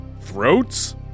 throats